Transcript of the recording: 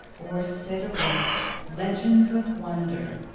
or said aright legends of wonder,